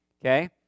Okay